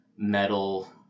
metal